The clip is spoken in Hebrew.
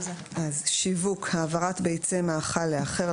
"שיווק" העברת ביצי מאכל לאחר,